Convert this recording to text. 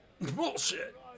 Bullshit